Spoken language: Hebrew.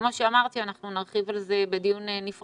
כמו שאמרתי, אנחנו נרחיב על כך בדיון נפרד.